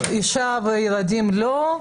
האישה והילדים לא.